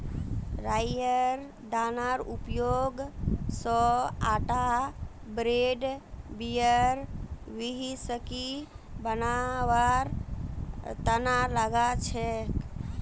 राईयेर दानार उपयोग स आटा ब्रेड बियर व्हिस्की बनवार तना लगा छेक